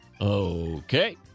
Okay